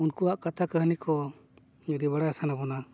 ᱩᱱᱠᱩᱣᱟᱜ ᱠᱟᱛᱷᱟ ᱠᱟᱹᱦᱱᱤ ᱠᱚ ᱡᱩᱫᱤ ᱵᱟᱲᱟᱭ ᱥᱟᱱᱟᱵᱚᱱᱟ